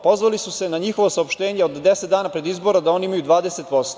Pozvali su se na njihovo saopštenje od 10 dana pre izbora da oni imaju 20%